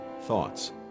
thoughts